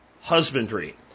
husbandry